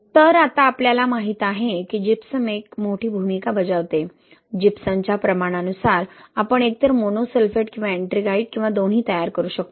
तर आता आपल्याला माहित आहे की जिप्सम एक मोठी भूमिका बजावते जिप्समच्या प्रमाणानुसार आपण एकतर मोनोसल्फेट किंवा एट्रिंगाइट किंवा दोन्ही तयार करू शकतो